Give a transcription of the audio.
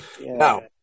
Now